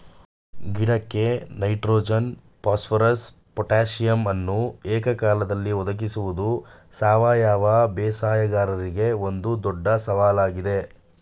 ಗಿಡಕ್ಕೆ nitrogen phosphorus ಪೊಟಾಸಿಯಮನ್ನು ಏಕಕಾಲದಲ್ಲಿ ಒದಗಿಸುವುದು ಸಾವಯವ ಬೇಸಾಯಗಾರರಿಗೆ ಒಂದು ದೊಡ್ಡ ಸವಾಲಾಗಿದೆ